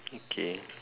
okay